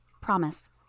Promise